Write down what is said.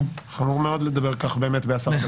-- חמור מאוד לדבר כך באמת בעשרה בטבת.